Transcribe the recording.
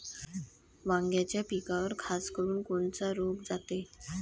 वांग्याच्या पिकावर खासकरुन कोनचा रोग जाते?